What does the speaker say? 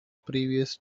previous